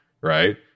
right